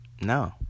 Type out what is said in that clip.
no